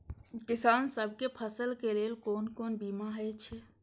किसान सब के फसल के लेल कोन कोन बीमा हे छे?